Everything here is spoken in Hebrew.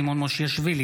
סימון מושיאשוילי,